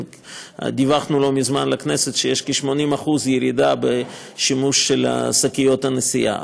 דיווחנו לא מזמן לכנסת שיש ירידה של כ-80% בשימוש בשקיות הנשיאה.